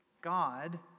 God